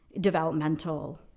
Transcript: developmental